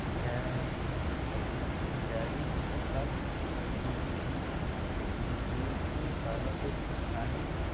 ଜାଡ଼ି ସଫା କଲୁ ଦୁଇଟି ବାଲ୍ତିରେ ପାଣି